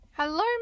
Hello